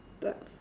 but